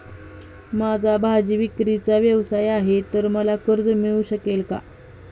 माझा भाजीविक्रीचा व्यवसाय आहे तर मला कर्ज मिळू शकेल का?